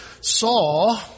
saw